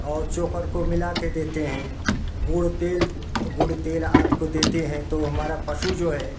और चोकर को मिला के देते हैं गुड़ तेल गुड़ तेल आद को देते हैं तो हमारा पशु जो है